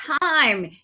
time